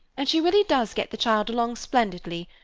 and she really does get the child along splendidly.